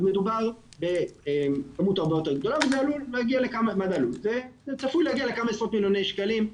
מדובר בכמות הרבה יותר גדולה וזה צפוי להגיע לכמה עשרות מיליוני שקלים.